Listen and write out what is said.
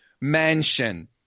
mansion